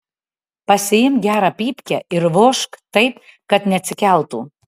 pasiimk gerą pypkę ir vožk taip kad neatsikeltų